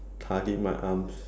tuck in my arms